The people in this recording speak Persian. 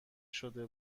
شده